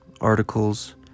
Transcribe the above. articles